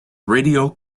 radio